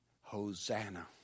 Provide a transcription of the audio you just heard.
Hosanna